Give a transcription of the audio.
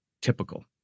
typical